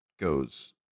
goes